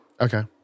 Okay